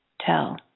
tell